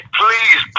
please